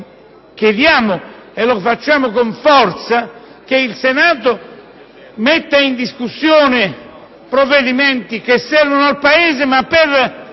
Chiediamo, e lo facciamo con forza, che il Senato metta in discussione provvedimenti che servano al Paese, ma per